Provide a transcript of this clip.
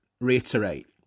reiterate